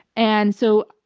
and so,